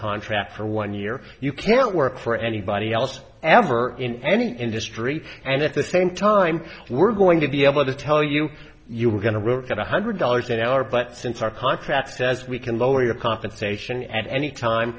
contract for one year you can't work for anybody else ever in any industry and at the same time we're going to be able to tell you you're going to really get one hundred dollars an hour but since our contract says we can lower your compensation at any time